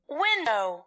window